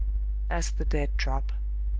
as the dead drop.